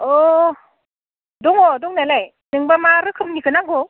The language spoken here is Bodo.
अ दङ दंनायालाय नोंनोब्ला मा रोखोमनिखो नांगौ